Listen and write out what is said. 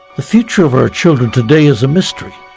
the future of our children today is a mystery,